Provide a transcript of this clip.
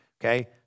okay